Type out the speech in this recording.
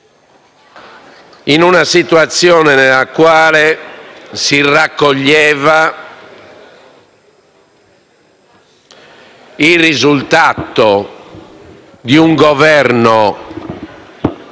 in una situazione nella quale si raccoglieva il risultato di un Governo